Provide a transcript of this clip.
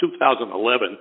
2011